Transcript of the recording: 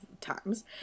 times